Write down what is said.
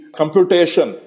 computation